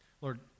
Lord